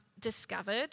discovered